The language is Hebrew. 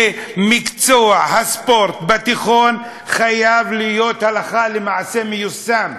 שמקצוע הספורט בתיכון חייב להיות הלכה למעשה מיושם.